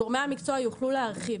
גורמי המקצוע יוכלו להרחיב.